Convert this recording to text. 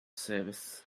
service